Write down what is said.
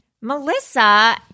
Melissa